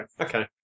Okay